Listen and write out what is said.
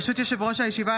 ברשות יושב-ראש הישיבה,